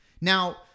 Now